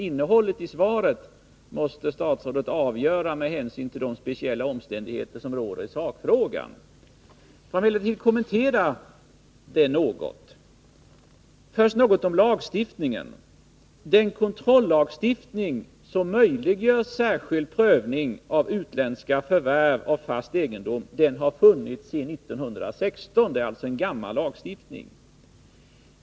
Innehållet måste statsrådet avgöra med hänsyn till de speciella omständigheter som råder i sakfrågan. Jag vill kommentera detta något. Först något om lagstiftningen. Den kontrollag som möjliggör särskild prövning av utländska förvärv av fast egendom har funnits sedan 1916. Det är alltså en gammal lagstiftning.